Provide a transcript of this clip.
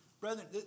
Brethren